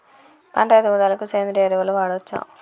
పంట ఎదుగుదలకి సేంద్రీయ ఎరువులు వాడచ్చా?